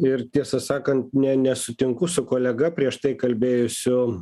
ir tiesą sakant ne nesutinku su kolega prieš tai kalbėjusiu